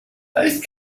both